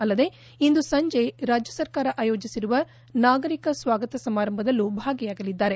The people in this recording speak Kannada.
ಅಲ್ಲದೆ ಇಂದು ಸಂಜೆ ರಾಜ್ಯ ಸರ್ಕಾರ ಆಯೋಜಿಸಿರುವ ನಾಗರಿಕ ಸ್ವಾಗತ ಸಮಾರಂಭದಲ್ಲೂ ಅವರು ಭಾಗಿಯಾಗಲಿದ್ದಾರೆ